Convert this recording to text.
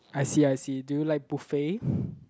I see I see do you like buffet